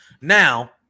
Now